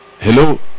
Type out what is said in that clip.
Hello